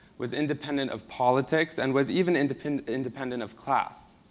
was independent of politics, and was even independent independent of class.